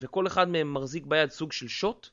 וכל אחד מהם מחזיק ביד סוג של שוט.